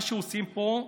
מה שעושים פה,